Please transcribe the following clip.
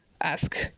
ask